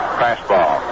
fastball